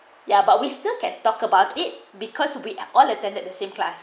ya but we still can talk about it because we all attended the same class